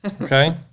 Okay